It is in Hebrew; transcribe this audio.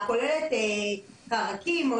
הקולט חרקים,